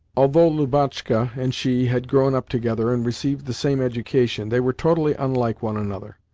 although lubotshka and she had grown up together and received the same education, they were totally unlike one another.